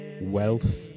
wealth